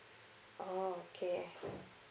oh okay